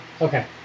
Okay